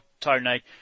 Tony